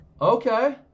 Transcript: Okay